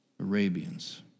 Arabians